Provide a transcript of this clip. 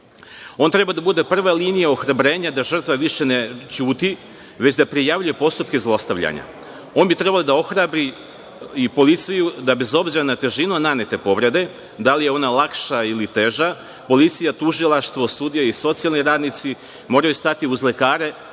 On treba da bude prva linija ohrabrenja da žrtva više ne ćuti, već da prijavljuje postupke zlostavljanja. On bi trebalo da ohrabri i policiju da, bez obzira na težinu nanete povrede, da li je ona lakša ili teža, policija, tužilaštvo, sudija i socijalni radnici moraju stati uz lekare,